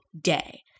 day